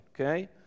Okay